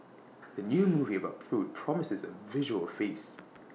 the new movie about food promises A visual feast